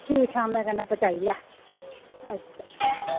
ठीक अरामै कन्नै पुजाई लै